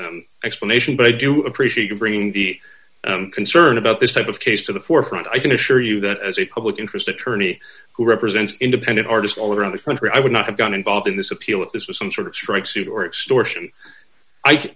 actor's explanation but i do appreciate you bringing the concern about this type of case to the forefront i can assure you that as a public interest attorney who represents independent artists all around the country i would not have got involved in this appeal if this was some sort of strike suit or extortion i